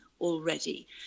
already